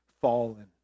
fallen